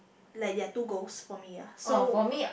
like there are two ghosts for me ah so